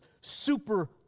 super